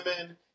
women